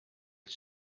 het